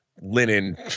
linen